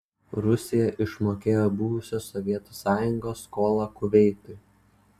rusija išmokėjo buvusios sovietų sąjungos skolą kuveitui